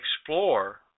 explore